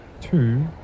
two